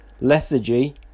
lethargy